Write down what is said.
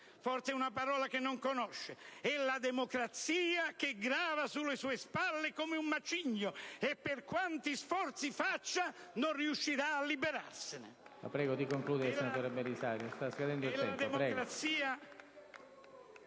Forse è una parola che non conosce. E' la democrazia, che grava sulle sue spalle come un macigno, e per quanti sforzi faccia non riuscirà a liberarsene.